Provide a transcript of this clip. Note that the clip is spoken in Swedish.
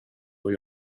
och